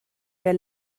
der